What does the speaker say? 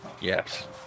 Yes